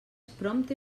prompte